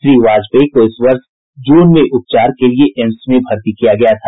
श्री वाजपेयी को इस वर्ष जून में उपचार के लिए एम्स में भर्ती किया गया था